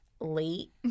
late